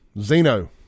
Zeno